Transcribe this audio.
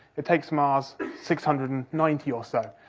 it takes mars six hundred and ninety or so.